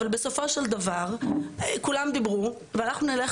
אבל בסופו של דבר כולם דיברו ואנחנו נלך